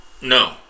No